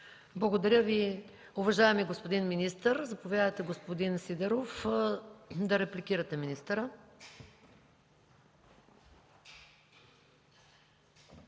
Благодаря Ви, уважаеми господин министър. Заповядайте, господин Сидеров, да репликирате министъра.